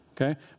okay